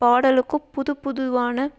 பாடலுக்கும் புதுப்புதுவான